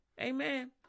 Amen